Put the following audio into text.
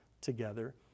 together